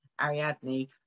Ariadne